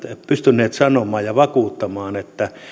pystyneet sanomaan ja vakuuttamaan että